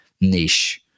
niche